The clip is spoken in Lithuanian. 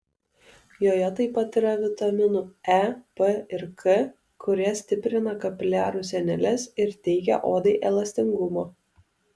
joje taip pat yra vitaminų e p ir k kurie stiprina kapiliarų sieneles ir teikia odai elastingumo